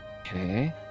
Okay